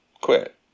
quit